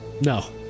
no